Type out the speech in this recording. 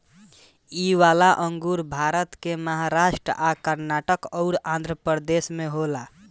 इ वाला अंगूर भारत के महाराष्ट् आ कर्नाटक अउर आँध्रप्रदेश में होला